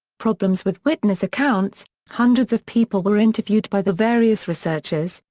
problems with witness accounts hundreds of people were interviewed by the various researchers,